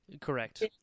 Correct